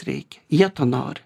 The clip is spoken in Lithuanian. reikia jie to nori